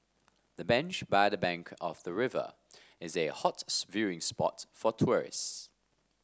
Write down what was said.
the bench by the bank of the river is a hot viewing spot for tourist